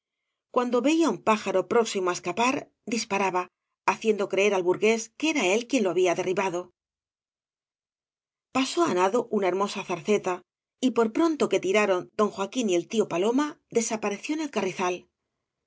cuando veía un pájaro próximo á eeca par disparaba haciendo creer al burgués que era él quien lo había derribado pasó á nado una hermosa zarceta y por pronto que tiraron don joaquín y el tío paloma desapareció en el carrizal